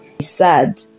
sad